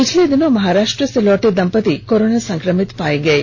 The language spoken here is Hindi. पिछले दिनों महाराष्ट्र से लौटे दंपती कोरोना संक्रमित पाए गए हैं